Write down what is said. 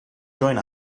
join